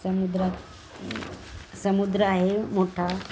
समुद्रात समुद्र आहे मोठा